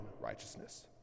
righteousness